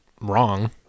wrong